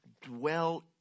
dwell